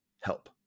help